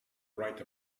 write